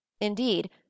Indeed